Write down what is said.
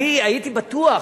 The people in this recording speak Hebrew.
אני הייתי בטוח,